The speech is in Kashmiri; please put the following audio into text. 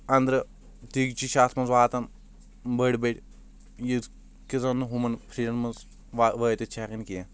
انٛدرٕ دیٖکچہِ چھِ اتھ منٛز واتان بٔڑۍ بٔڑۍ یتھ کہِ زن نہٕ ہُمن فرجن منٛز وٲتتھ چھِ ہیٚکان کینٛہہ